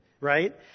right